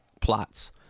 plots